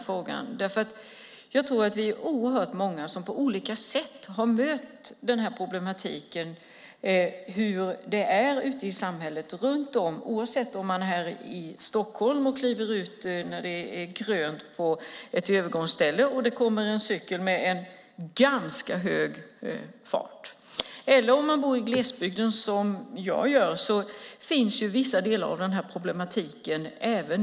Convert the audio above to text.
Vi är många som på olika sätt har mött den här problematiken ute i samhället. När man bor här i Stockholm och kliver ut på ett övergångsställe kan det komma en cykel med ganska hög fart. Även i glesbygden, där jag bor, finns delvis den här problematiken.